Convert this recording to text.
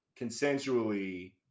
consensually